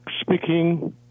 speaking